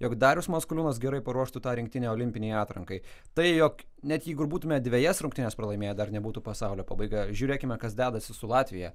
jog darius maskoliūnas gerai paruoštų tą rinktinę olimpinei atrankai tai jog net jeigu ir būtume dvejas rungtynes pralaimėję dar nebūtų pasaulio pabaiga žiūrėkime kas dedasi su latvija